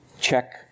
check